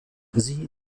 sie